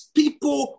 people